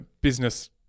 business